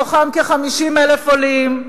מתוכם כ-50,000 עולים,